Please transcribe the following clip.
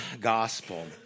Gospel